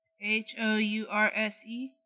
H-O-U-R-S-E